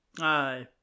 Aye